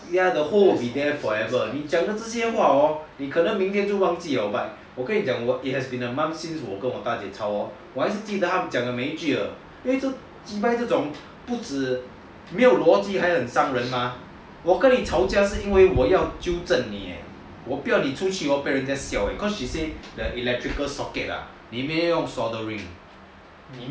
ya the hole will be there forever 你讲的这些话 hor 你可能明天就忘记了 but 我跟你讲 it's been a month since 我跟我的大姐吵 hor 我还是记得他讲的每一句奇怪这种不止没有忘记会很伤人 mah 我跟你吵架是应为我要纠正你 eh 我不要你出去被人家笑 eh cause she say the electrical socket ah 里面用 smoldering